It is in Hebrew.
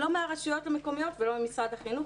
לא מן הרשויות המקומיות ולא ממשרד החינוך,